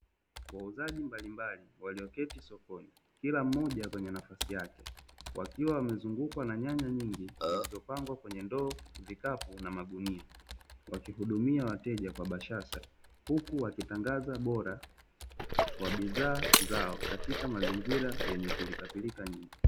Wauzaji mbalimbali walioketi sokoni kila mmoja kwenye nafasi yake, wakiwa wamezungukwa na nyanya nyingi zilizopangwa kwenye ndoo, vikapu na magunia, wakihudumia wateja kwa bashasha huku wakitangaza ubora wa bidhaa zao, katika mazingira yenye pilikapilika nyingi.